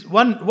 one